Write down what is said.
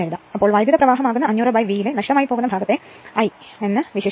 അതിനാൽ വൈദ്യുതപ്രവാഹം ആകുന്ന 500 V ഇലെ നഷ്ടമായി പോകുന്ന ഭാഗത്തെ I i എന്ന് വിശേഷിപ്പിക്കാം